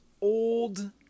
old